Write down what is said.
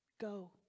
Go